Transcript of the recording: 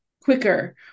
quicker